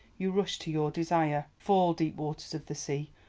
you rush to your desire. fall, deep waters of the sea,